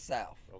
South